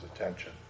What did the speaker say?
attention